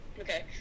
okay